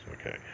okay